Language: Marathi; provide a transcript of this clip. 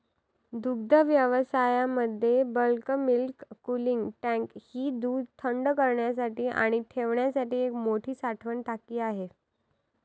दुग्धव्यवसायामध्ये बल्क मिल्क कूलिंग टँक ही दूध थंड करण्यासाठी आणि ठेवण्यासाठी एक मोठी साठवण टाकी आहे